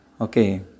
Okay